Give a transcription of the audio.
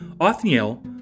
Othniel